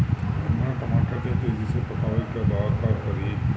हमरा टमाटर के तेजी से पकावे के बा का करि?